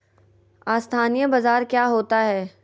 अस्थानी बाजार क्या होता है?